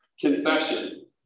confession